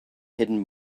hidden